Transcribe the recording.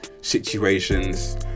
situations